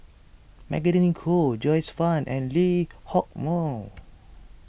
Magdalene Khoo Joyce Fan and Lee Hock Moh